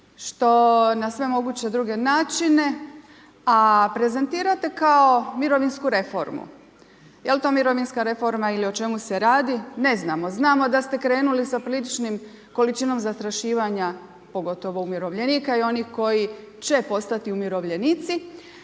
što na sve moguće druge načine, a prezentirate kao mirovinsku reformu. Jel to mirovinska reforma ili o čemu se radi, ne znamo. Znamo da ste krenuli sa popriličnim količinom zastrašivanja, pogotovo umirovljenika i onih koji će postati umirovljenici,